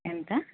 ఎంత